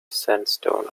sandstone